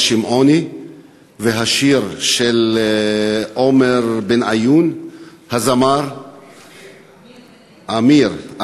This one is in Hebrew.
שמעוני והשיר של עומר בניון הזמר עמיר.